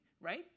right